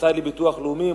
המוסד לביטוח לאומי,